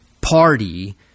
party